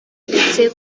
ndetse